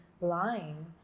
line